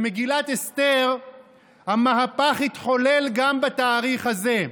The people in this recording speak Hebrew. במגילת אסתר המהפך התחולל גם בתאריך הזה: